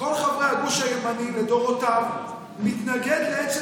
כל חברי הגוש הימני לדורותיו מתנגד לעצם